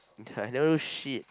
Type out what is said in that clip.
I never do no shit